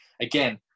again